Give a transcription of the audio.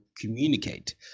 communicate